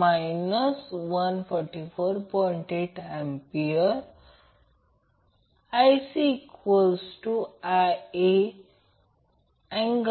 म्हणून IbIa∠ 120°6